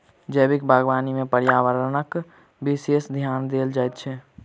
जैविक बागवानी मे पर्यावरणपर विशेष ध्यान देल जाइत छै